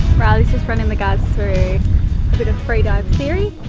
riley's just running the guys through a bit of free dive theory.